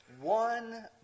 one